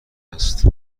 است